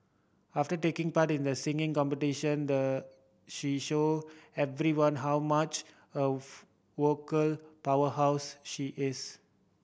after taking part in the singing competition the she showed everyone how much of vocal powerhouse she is